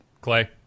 Clay